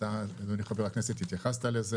התייחסת לזה,